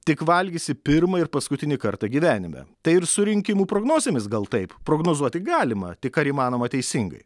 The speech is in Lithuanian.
tik valgysi pirmą ir paskutinį kartą gyvenime tai ir su rinkimų prognozėmis gal taip prognozuoti galima tik ar įmanoma teisingai